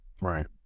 right